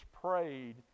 prayed